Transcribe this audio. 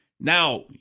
Now